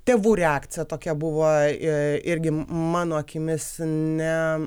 tėvų reakcija tokia buvo i irgi mano akimis ne